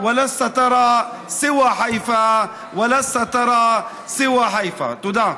ואתה רואה את חיפה בלבד.) תודה.